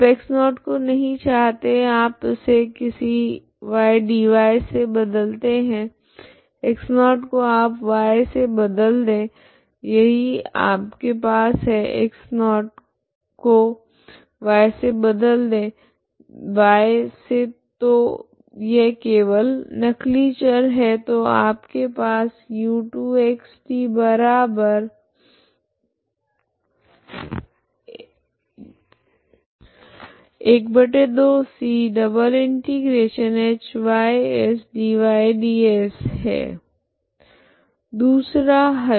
आप x0 को नहीं चाहते आप इसे किसी ydy से बदलते है x0 को आप y से बदल दे यही आपके पास है x0 को y से बदल दे y से तो यह केवल नकली चर है तो आपके पास है